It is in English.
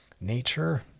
Nature